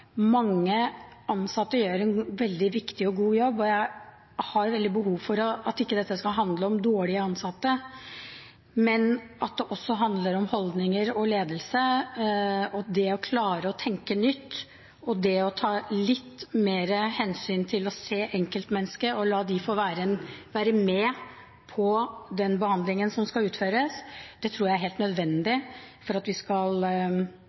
Mange ansatte gjør en veldig viktig og god jobb. Jeg har et veldig behov for at dette ikke skal handle om dårlige ansatte, men at det også handler om holdninger og ledelse, det å klare å tenke nytt og det å ta litt mer hensyn til å se enkeltmennesket og la dem få være med på den behandlingen som skal utføres. Det tror jeg er helt nødvendig for at vi skal